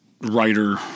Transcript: writer